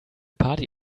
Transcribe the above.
party